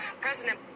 President